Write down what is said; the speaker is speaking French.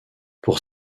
pour